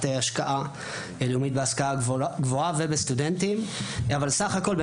השקעה לאומית בהשכלה גבוהה ובסטודנטים אבל בסך הכול,